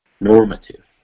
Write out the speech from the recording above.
normative